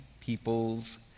people's